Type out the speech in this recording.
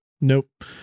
nope